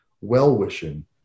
well-wishing